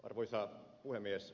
arvoisa puhemies